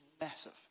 massive